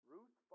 Ruth